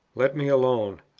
let me alone,